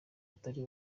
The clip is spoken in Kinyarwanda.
atari